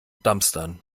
dumpstern